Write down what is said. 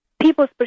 people's